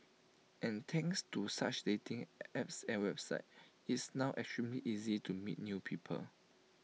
and thanks to such dating apps and websites it's now extremely easy to meet new people